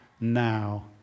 now